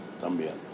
también